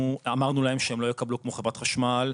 אמרנו להם שהם לא יקבלו כמו חברת חשמל,